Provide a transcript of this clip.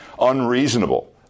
unreasonable